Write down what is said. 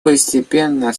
постепенно